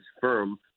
firm